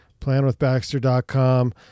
planwithbaxter.com